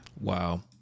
Wow